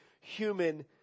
human